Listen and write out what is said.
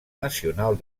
nacional